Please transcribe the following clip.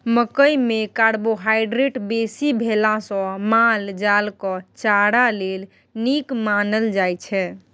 मकइ मे कार्बोहाइड्रेट बेसी भेला सँ माल जालक चारा लेल नीक मानल जाइ छै